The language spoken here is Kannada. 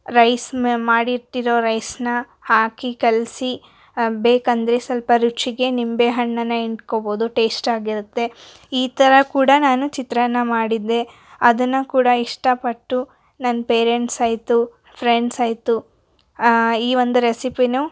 ರೈಸ್ ಮಾಡಿಟ್ಟಿರೋ ರೈಸ್ ನಾ ಹಾಕಿ ಕಲಿಸಿ ಬೇಕಂದರೆ ಸ್ವಲ್ಪ ರುಚಿಗೆ ನಿಂಬೆ ಹಣ್ಣನ್ನ ಹಿಂಡ್ಕೋಬೋದು ಟೇಸ್ಟಾಗಿರುತ್ತೆ ಈ ಥರ ಕೂಡ ನಾನು ಚಿತ್ರಾನ್ನ ಮಾಡಿದ್ದೆ ಅದನ್ನ ಕೂಡ ಇಷ್ಟಪಟ್ಟು ನನ್ನ ಪೇರೆಂಟ್ಸ್ ಆಯಿತು ಫ್ರೆಂಡ್ಸ್ ಆಯಿತು ಈ ಒಂದು ರೆಸಿಪಿನೂ